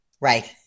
Right